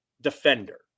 defender